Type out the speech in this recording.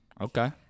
Okay